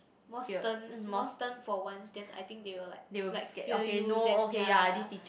more stern more stern for once then I think they will like like fear you then ya